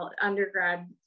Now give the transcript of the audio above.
undergrad